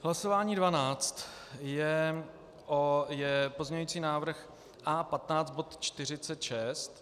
Hlasování dvanáct je pozměňující návrh A15 bod 46.